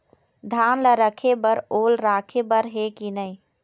धान ला रखे बर ओल राखे बर हे कि नई?